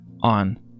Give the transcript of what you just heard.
on